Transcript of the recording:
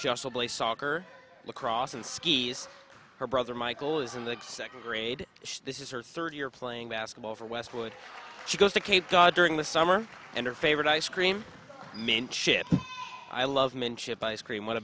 a soccer lacrosse and skis her brother michael is in the second grade this is her third year playing basketball for westwood she goes to cape cod during the summer and her favorite ice cream main chip i love men chip ice cream what